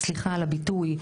סליחה על הביטוי,